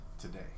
Today